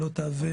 שלא תהווה